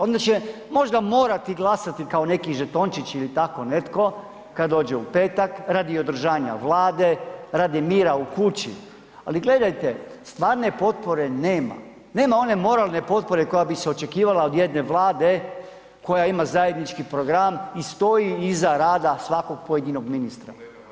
Onda će možda morati glasati kao neki žetončići ili tako netko kad dođe u petak, radi održanja Vlade, radi mira u kući ali gledajte, stvarne potpore nema, nema one moralne potpore koja bi se očekivala od jedne Vlade koja ima zajednički program i stoji iza rada svakog pojedinog ministra.